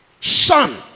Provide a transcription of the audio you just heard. son